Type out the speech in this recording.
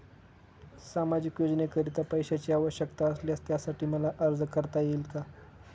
सामाजिक योजनेकरीता पैशांची आवश्यकता असल्यास त्यासाठी मला अर्ज करता येईल का?